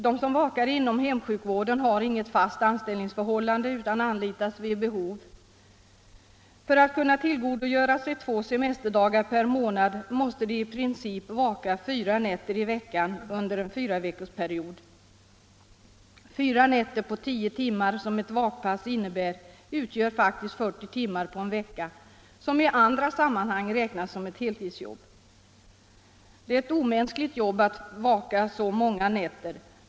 De som vakar inom hemsjukvården har inget fast anställningsförhållande utan anlitas vid behov. För att kunna tillgodogöra sig två semesterdagar per månad måste de i princip vaka fyra nätter i veckan under en fyraveckorsperiod. Fyra nätter om tio timmar, som ett vakpass innebär, utgör 40 timmar på en vecka, vilket i andra sammanhang räknas som ett heltidsjobb. Det är ett omänskligt arbete att vaka så många nätter.